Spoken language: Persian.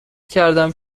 کردم